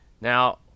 Now